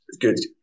good